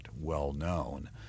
well-known